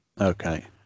Okay